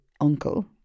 uncle